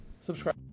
subscribe